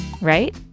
right